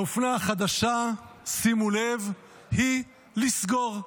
האופנה החדשה, שימו לב, היא לסגור.